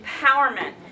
empowerment